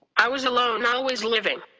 i was alone always living.